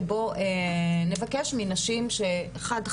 שבו נבקש מנשים שאחד,